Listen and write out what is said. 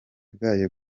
bwayo